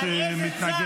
על איזה צד?